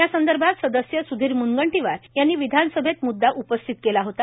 या संदर्भात सदस्य स्धीर म्नगंटीवार यांनी विधानसभेत म्द्दा उपस्थित केला होता